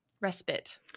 Respite